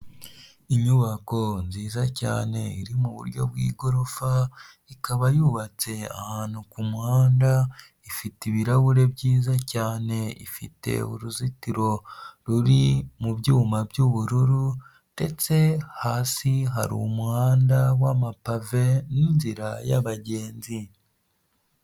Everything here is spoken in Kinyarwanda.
Inyubako nziza cyane iri muburyo bw'igorofa ikaba yubatse ahantu ku muhanda, ifite ibirahure byiza cyane, ifite uruzitiro ruri mu byuma by'ubururu ndetse hasi hari umuhanda wama pave n'inzira yabagenzi.